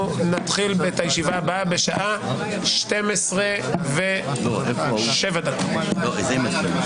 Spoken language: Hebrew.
הישיבה ננעלה בשעה 12:03.